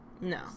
No